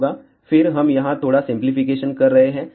फिर हम यहाँ थोड़ा सिंपलीफिकेशन कर रहे हैं